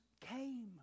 came